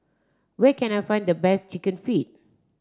where can I find the best chicken feet